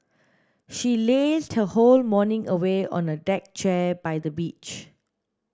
she lazed her whole morning away on a deck chair by the beach